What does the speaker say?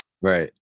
Right